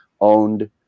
owned